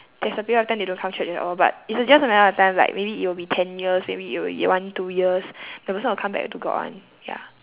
disappear after then they don't come church at all but it's a just a matter of time like maybe it will be ten years maybe it will be one two years that person will come back to god [one] ya